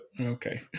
okay